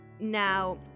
Now